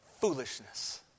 Foolishness